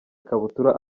ikabutura